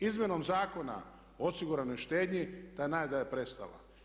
Izmjenom Zakona o osiguranoj štednji ta najezda je prestala.